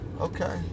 Okay